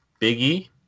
Biggie